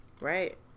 Right